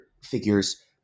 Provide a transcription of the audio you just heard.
figures